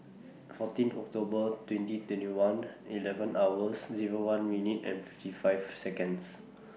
fourteen October twenty twenty one eleven hours Zero one minutes and fifty five Seconds